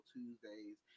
Tuesdays